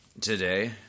today